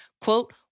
quote